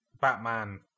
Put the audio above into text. Batman